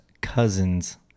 cousin's